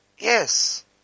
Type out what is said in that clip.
Yes